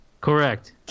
Correct